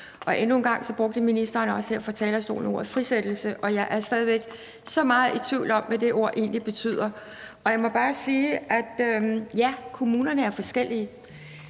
Endnu en gang brugte ministeren jo også her fra talerstolen ordet frisættelse, og jeg er stadig væk meget i tvivl om, hvad det ord egentlig betyder. Og jeg må bare sige, at ja, kommunerne er forskellige,